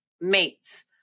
mates